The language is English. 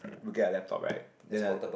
you get a lap top right then the